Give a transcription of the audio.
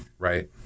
right